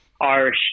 Irish